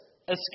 Escape